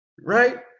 Right